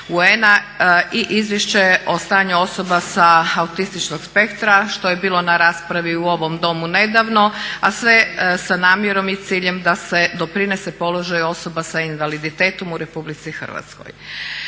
i Izvješće o stanju osoba sa autističnog spektra što je bilo na raspravi u ovom Domu nedavno, a sve sa namjerom i ciljem da se doprinese položaju osoba sa invaliditetom u RH. Kao